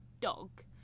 dog